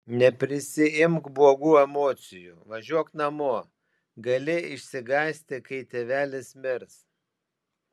neprisiimk blogų emocijų važiuok namo gali išsigąsti kai tėvelis mirs